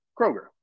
Kroger